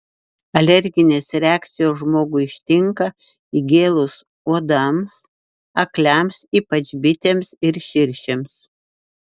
alerginės reakcijos žmogų ištinka įgėlus uodams akliams ypač bitėms ir širšėms